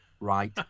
right